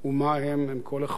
הם כל אחד מאתנו.